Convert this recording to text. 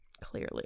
Clearly